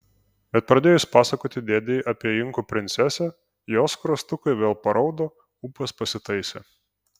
bet pradėjus pasakoti dėdei apie inkų princesę jos skruostukai vėl paraudo ūpas pasitaisė